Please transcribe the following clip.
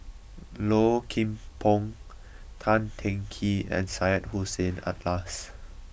Low Kim Pong Tan Teng Kee and Syed Hussein Alatas